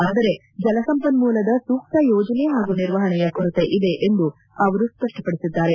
ಆದರೆ ಜಲ ಸಂಪನ್ನೂಲದ ಸೂಕ್ತ ಯೋಜನೆ ಹಾಗೂ ನಿರ್ವಹಣೆಯ ಕೊರತೆ ಇದೆ ಎಂದು ಅವರು ಸ್ಪಷ್ಟಪಡಿಸಿದ್ದಾರೆ